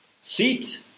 seat